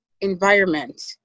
environment